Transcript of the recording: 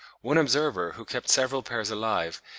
one observer, who kept several pairs alive,